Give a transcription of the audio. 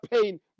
pain